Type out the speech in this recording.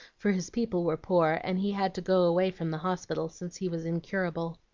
for his people were poor and he had to go away from the hospital since he was incurable.